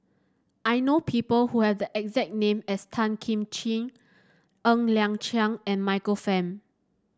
I know people who have the exact name as Tan Kim Ching Ng Liang Chiang and Michael Fam